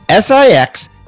six